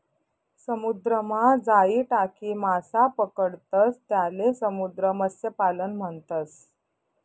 समुद्रमा जाई टाकी मासा पकडतंस त्याले समुद्र मत्स्यपालन म्हणतस